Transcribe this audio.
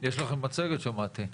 יש לכם מצגת שמעתי.